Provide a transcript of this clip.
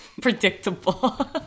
predictable